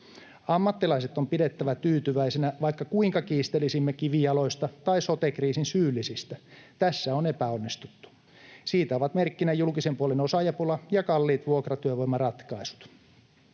Ammattilaiset on pidettävä tyytyväisinä, vaikka kuinka kiistelisimme kivijaloista tai sote-kriisin syyllisistä. Tässä on epäonnistuttu. Siitä ovat merkkinä julkisen puolen osaajapula ja kalliit vuokratyövoimaratkaisut.